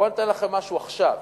בואו אני אתן לכם משהו עכשיו: